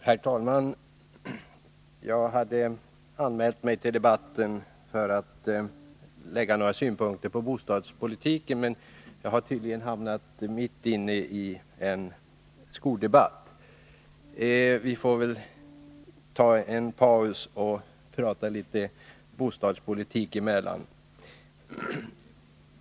Herr talman! Jag hade anmält mig till debatten för att anföra några synpunkter på bostadspolitiken, men jag har tydligen hamnat mitt inne i en skoldebatt. Vi får väl ta en paus från den och prata litet bostadspolitik där emellan.